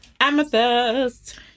Amethyst